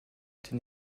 était